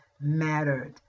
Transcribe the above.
mattered